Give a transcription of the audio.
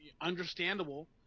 understandable